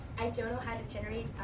i don't know how to generate